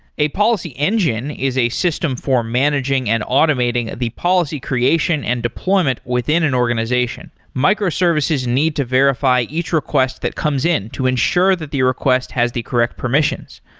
a policy engine is a system for managing and automating the policy creation and deployment within an organization. microservices need to verify each request that comes in to ensure that the request has the correct permissions.